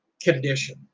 condition